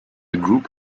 group